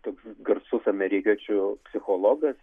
toks garsus amerikiečių psichologas